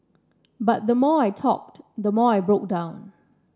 but the more I talked the more I broke down